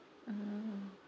mm